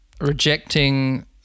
rejecting